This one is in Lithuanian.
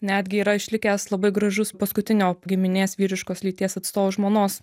netgi yra išlikęs labai gražus paskutinio giminės vyriškos lyties atstovo žmonos